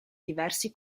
diversi